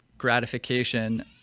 gratification